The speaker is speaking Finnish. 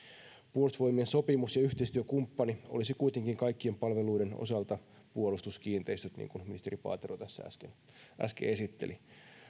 puolustusvoimien sopimus ja yhteistyökumppani olisi kuitenkin kaikkien palveluiden osalta puolustuskiinteistöt niin kuin ministeri paatero tässä äsken äsken esitteli